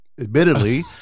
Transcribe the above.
Admittedly